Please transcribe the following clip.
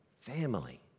family